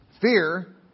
Fear